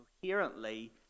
coherently